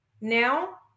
now